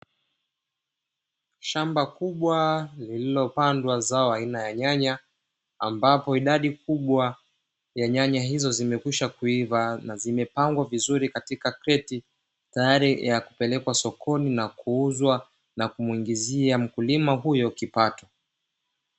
Shamba kubwa lililopandwa zao aina la nyanya amabapo idadi kubwa ya nyanya hizo zimekwishawiva na zimepangwa vizuri katika kreti, tayari kwa kupelekwa sokoni na kuuzwa na kumuingizia mkulima huyo kipato.